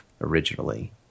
originally